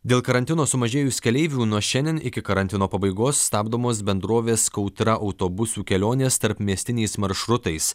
dėl karantino sumažėjus keleivių nuo šiandien iki karantino pabaigos stabdomos bendrovės kautra autobusų kelionės tarpmiestiniais maršrutais